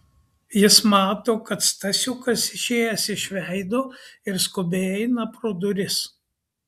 jis mato kad stasiukas išėjęs iš veido ir skubiai eina pro duris